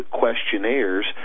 questionnaires